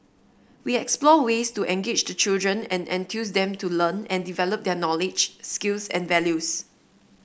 we explore ways to engage the children and enthuse them to learn and develop their knowledge skills and values